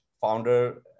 founder